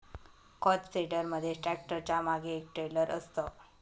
खत स्प्रेडर मध्ये ट्रॅक्टरच्या मागे एक ट्रेलर असतं